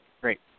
Great